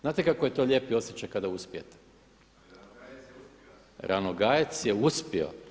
Znate kako je to lijepi osjećaj kada uspijete. … [[Upadica se ne čuje.]] Ranogajec je uspio?